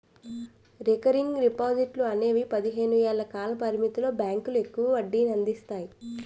recurring డిపాజిట్లు అనేవి పదిహేను ఏళ్ల కాల పరిమితితో బ్యాంకులు ఎక్కువ వడ్డీనందిస్తాయి